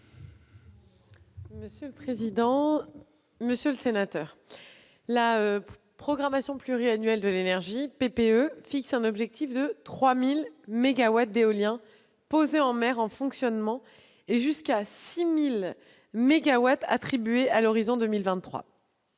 la secrétaire d'État. Monsieur le sénateur, la programmation pluriannuelle de l'énergie, ou PPE, fixe un objectif de 3 000 mégawatts d'éolien posés en mer en fonctionnement et jusqu'à 6 000 mégawatts attribués à l'horizon 2023.